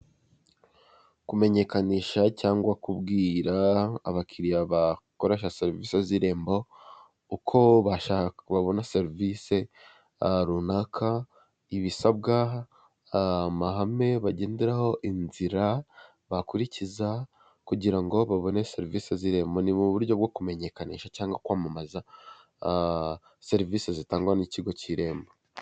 Kumenyekanisha cyangwa kubwira abakiya bakoresha serivisi z'irembo uko bashaka/babona serivisi runaka ibisabwa, amahame bagenderaho inzira bakurikiza kugira ngo babone serivisi z'irembo, ni mu buryo bwo kumenyekanisha cyangwa kwamamaza serivisi zitangwa n'ikigo cy'irembo.